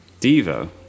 Devo